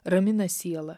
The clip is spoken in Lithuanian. ramina sielą